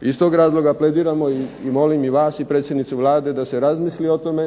Iz tog razloga plediramo i molimo vas i predsjednicu Vlade da se razmisli o tome